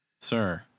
Sir